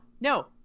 No